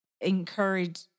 encourage